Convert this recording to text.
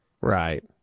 right